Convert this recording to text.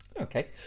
Okay